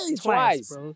twice